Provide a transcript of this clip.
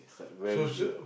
it's a very unique